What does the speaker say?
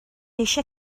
eisiau